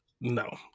No